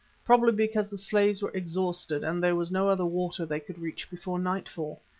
probably because the slaves were exhausted and there was no other water they could reach before nightfall.